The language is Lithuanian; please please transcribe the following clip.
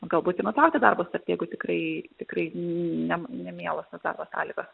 galbūt ir nutraukti darbo sutartį jeigu tikrai tikrai ne nemielos tos darbo sąlygos